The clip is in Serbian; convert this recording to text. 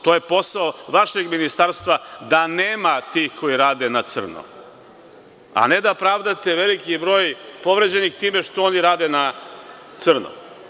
To je posao vašeg ministarstva, da nema tih koji rade na crno, a ne da pravdate – veliki je broj povređenih time što oni rade na crno.